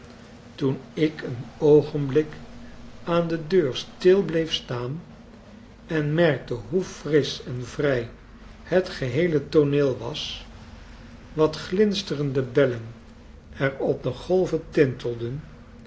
toen ik een oogenblik aan de deur stil bleef staan en merkte hoe frisch en vrij het geheele tooneel was wat glinsterende bellen er op de golven tintelden